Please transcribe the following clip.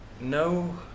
No